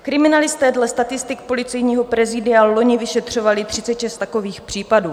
Kriminalisté dle statistik Policejního prezídia loni vyšetřovali 36 takových případů.